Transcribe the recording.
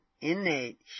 innate